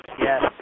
Yes